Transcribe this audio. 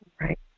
Right